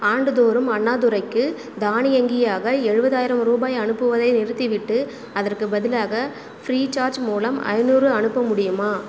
ஆண்டுதோறும் அண்ணாதுரைக்கு தானியங்கியாக எழுபதாயிரம் ரூபாய் அனுப்புவதை நிறுத்திவிட்டு அதற்குப் பதிலாக ஃப்ரீசார்ஜ் மூலம் ஐநூறு அனுப்ப முடியுமா